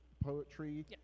poetry